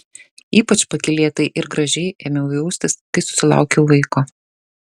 ypač pakylėtai ir gražiai ėmiau jaustis kai susilaukiau vaiko